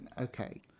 okay